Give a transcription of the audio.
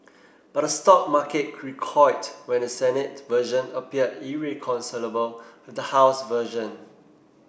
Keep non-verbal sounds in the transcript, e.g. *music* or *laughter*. *noise* but the stock market recoiled when the Senate version appeared irreconcilable with the House version